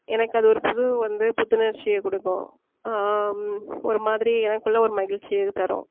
எனக்கு அது ஒரு புது வந்து புத்துணர்ச்சியை கொடுக்கும் ஒரு மாதிரி எனக்குள்ள ஒரு மகிழ்ச்சியை தரும்